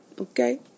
Okay